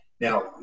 Now